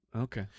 okay